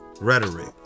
rhetoric